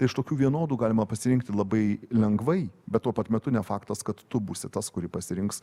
tai iš tokių vienodų galima pasirinkti labai lengvai bet tuo pat metu ne faktas kad tu būsi tas kurį pasirinks